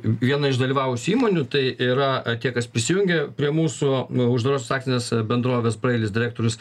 viena iš dalyvavusių įmonių tai yra tie kas prisijungė prie mūsų uždarosios akcinės bendrovės brailis direktorius